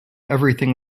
everything